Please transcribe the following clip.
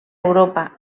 europa